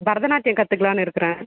பரதநாட்டியம் கத்துக்கலான்னு இருக்குகிறேன்